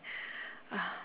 uh